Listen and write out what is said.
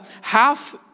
half